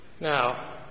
Now